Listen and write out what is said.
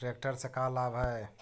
Tractor से का लाभ है?